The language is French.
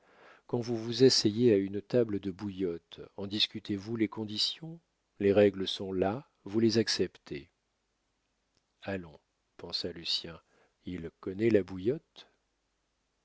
quand vous vous asseyez à une table de bouillotte en discutez vous les conditions les règles sont là vous les acceptez allons pensa lucien il connaît la bouillotte